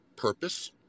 purpose